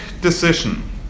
decision